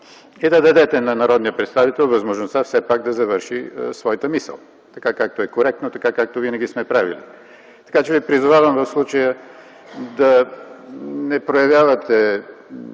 и да дадете на народния представител възможността все пак да завърши своята мисъл – както е коректно и както винаги сме правили. Така че, Ви призовавам в случая първо да не нарушавате